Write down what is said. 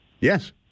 Yes